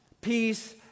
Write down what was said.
peace